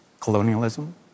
colonialism